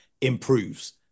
improves